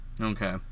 Okay